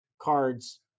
cards